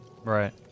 Right